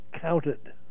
counted